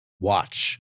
watch